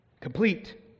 Complete